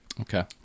okay